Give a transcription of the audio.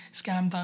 scam